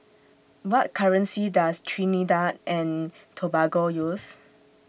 What currency Does Trinidad and Tobago use